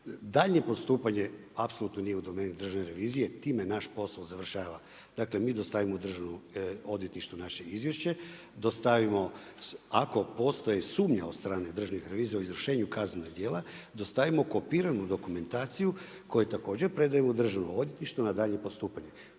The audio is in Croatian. daljnje postupanje, apsolutno nije u domeni Državne revizije, time naš posao završava. Dakle, mi dostavimo Državnom odvjetništvu naše izvješće, dostavimo, ako postoji sumnja od strane državnih revizora izvršenja kaznenih dijela, dostavimo kopiranu dokumentaciju, koju također predajemo Državnom odvjetništvu na danje postupanje.